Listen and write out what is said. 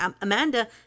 Amanda